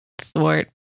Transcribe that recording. thwart